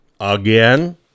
Again